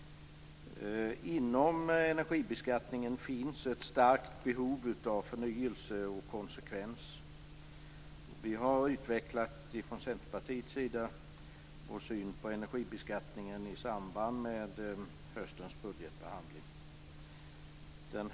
Inom energibeskattningen finns ett starkt behov av förnyelse och konsekvens. Vi har från Centerpartiets sida utvecklat vår syn på energibeskattningen i samband med höstens budgetbehandling.